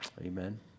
Amen